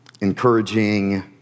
encouraging